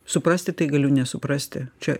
suprasti tai galiu nesuprasti čia